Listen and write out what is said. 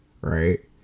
right